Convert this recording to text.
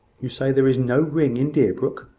you say there is no ring in deerbrook.